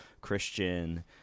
Christian